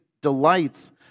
delights